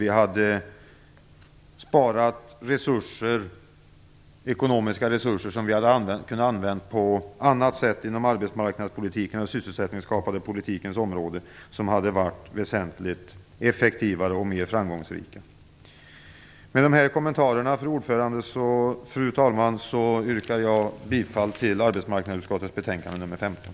Vi hade sparat ekonomiska resurser som vi hade kunnat använda på ett annat sätt inom arbetsmarknads och sysselsättningspolitikens område och som hade varit väsentligt effektivare och mer framgångsrika. Med de här kommentarerna, fru talman, yrkar jag bifall till hemställan i arbetsmarknadsutskottets betänkande, AU15.